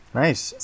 nice